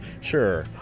Sure